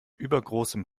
übergroßem